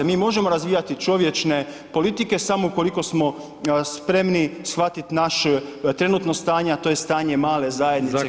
Mi možemo razvijati čovječne politike samo ukoliko smo spremni shvatiti naše trenutno stanje, a to je stanje male zajednice … [[Govornik se ne razumije, zbog najave potpredsjednika.]] državnike.